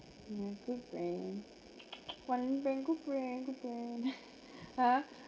you're a good friend one friend good friend good friend !huh!